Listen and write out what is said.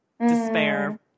despair